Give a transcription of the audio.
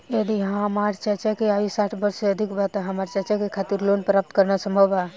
यदि हमार चाचा के आयु साठ वर्ष से अधिक बा त का हमार चाचा के खातिर ऋण प्राप्त करना संभव बा?